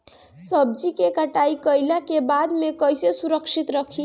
सब्जी क कटाई कईला के बाद में कईसे सुरक्षित रखीं?